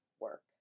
work